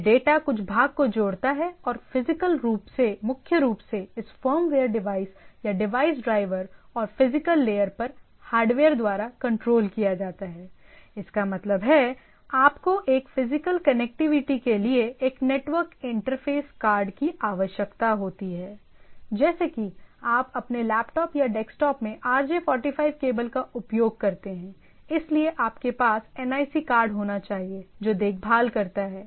यह डेटा कुछ भाग को जोड़ता है और फिजिकल मुख्य रूप से इस फर्मवेयर डिवाइस या डिवाइस ड्राइवर और फिजिकल लेयर पर हार्डवेयर द्वारा कंट्रोल किया जाता है इसका मतलब है आपको एक फिजिकल कनेक्टिविटी के लिए एक नेटवर्क इंटरफेस कार्ड की आवश्यकता होती है जैसे कि जब आप अपने लैपटॉप या डेस्कटॉप में RJ 45 केबल का उपयोग करते हैंइसलिए आपके पास NIC कार्ड होना चाहिए जो देखभाल करता है